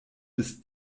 bis